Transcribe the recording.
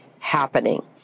happening